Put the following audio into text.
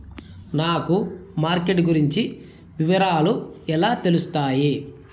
నాకు మార్కెట్ గురించి వివరాలు ఎలా తెలుస్తాయి?